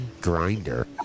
Grinder